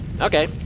Okay